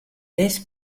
laisses